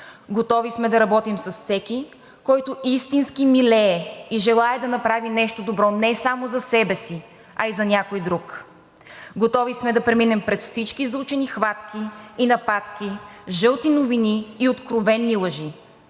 Готови сме да работим с всеки, който истински милее и желае да направи нещо добро не само за себе си, а и за някой друг. Готови сме да преминем през всички заучени хватки и нападки, жълти новини и откровени лъжи.